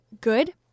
good